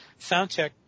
soundcheck